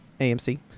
amc